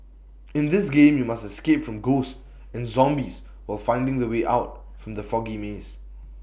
in this game you must escape from ghosts and zombies while finding the way out from the foggy maze